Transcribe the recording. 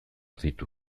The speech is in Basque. ditu